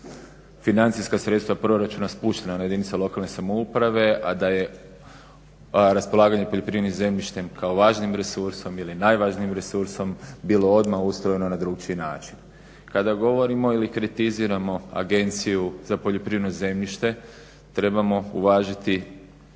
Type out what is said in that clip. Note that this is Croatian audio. financijska sredstva proračuna spuštena na jedinice lokalne samouprave a da je raspolaganje poljoprivrednim zemljištem kao važnim resursom ili najvažnijim resursom bilo odmah ustrojeno na drukčiji način. Kada govorimo ili kritiziramo Agenciju za poljoprivredno zemljište trebamo uvažiti